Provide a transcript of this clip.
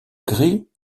gris